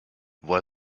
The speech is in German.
woher